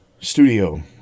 studio